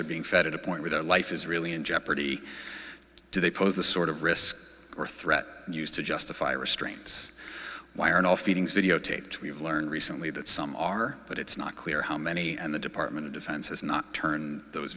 they're being fed at a point where their life is really in jeopardy do they pose the sort of risk or threat used to justify restraints why aren't all feedings videotaped we've learned recently that some are but it's not clear how many and the department of defense has not turned those